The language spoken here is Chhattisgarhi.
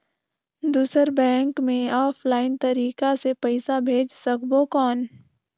दुसर बैंक मे ऑफलाइन तरीका से पइसा भेज सकबो कौन?